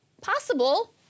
possible